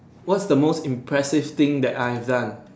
what is the most impressive thing that I have done